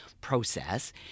process